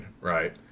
right